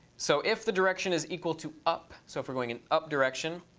so if the direction is equal to up, so if we're going in up direction,